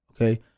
okay